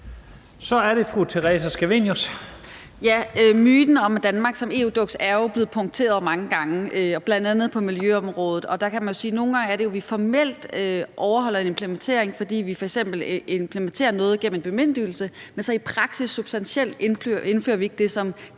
Kl. 11:38 Theresa Scavenius (UFG): Myten om Danmark som EU-duks er jo blevet punkteret mange gange, bl.a. på miljøområdet. Nogle gange er det jo sådan, at vi formelt overholder en implementering, fordi vi f.eks. implementerer noget igennem en bemyndigelse, men så i praksis og substantielt indfører vi ikke det, som